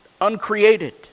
uncreated